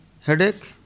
headache